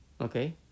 okay